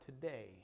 today